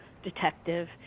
detective